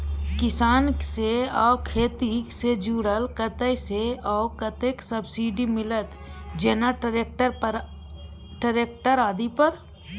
किसान से आ खेती से जुरल कतय से आ कतेक सबसिडी मिलत, जेना ट्रैक्टर आदि पर?